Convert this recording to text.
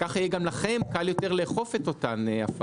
ככה יהיה גם לכם קל יותר לאכוף את אותן הפרות.